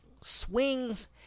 swings